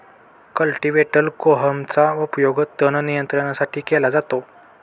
cultivator कोहमचा उपयोग तण नियंत्रणासाठी केला जातो